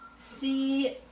see